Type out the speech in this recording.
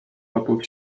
gotów